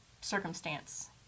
circumstance